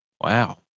Wow